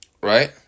right